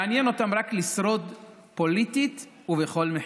מעניין אותם רק לשרוד פוליטית, ובכל מחיר.